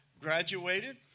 graduated